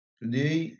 Today